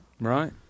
Right